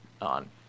on